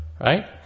Right